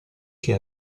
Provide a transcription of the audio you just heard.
che